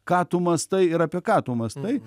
ką tu mąstai ir apie ką tu mąstai